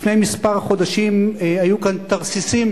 לפני כמה חודשים היו כאן תרסיסים,